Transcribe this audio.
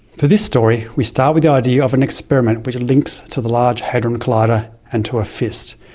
for this story we start with the idea of an experiment which links to the large hadron collider, and to a fist.